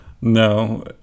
No